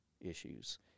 issues